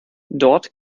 dort